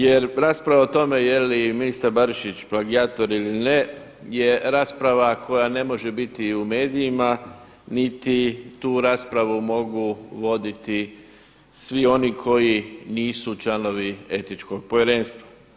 Jer rasprava o tome je li ministar Barišić plagijator ili ne je rasprava koja ne može biti u medijima niti tu raspravu mogu voditi svi oni koji nisu članovi Etičkog povjerenstva.